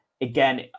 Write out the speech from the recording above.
again